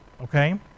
Okay